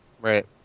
right